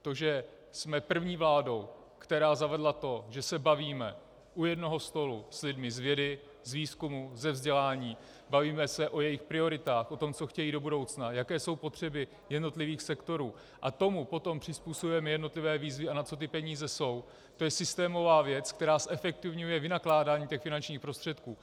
To, že jsme první vládou, která zavedla to, že se bavíme u jednoho stolu s lidmi z vědy, z výzkumu, ze vzdělání, bavíme se o jejich prioritách, o tom, co chtějí do budoucna, jaké jsou potřeby jednotlivých sektorů, a tomu potom přizpůsobujeme jednotlivé výzvy a na co ty peníze jsou, to je systémová věc, která zefektivňuje vynakládání finančních prostředků.